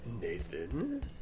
Nathan